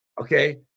okay